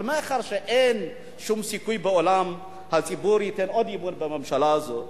אבל מאחר שאין שום סיכוי בעולם שהציבור ייתן עוד אמון בממשלה הזאת,